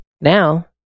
Now